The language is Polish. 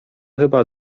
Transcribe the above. chyba